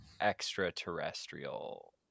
extraterrestrial